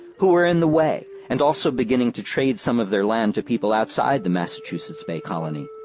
who were in the way and also beginning to trade some of their land to people outside the massachusetts bay colony.